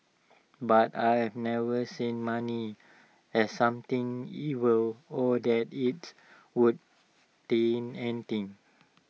but I've never seen money as something evil or that IT would taint anything